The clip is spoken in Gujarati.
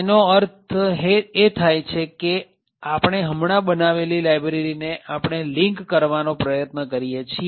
તેનો અર્થ એ થાય છે કે આપણે હમણાં બનાવેલી જે લાયબ્રેરી છે તેને લીંક કરવાનો પ્રયત્ન કરીએ છીએ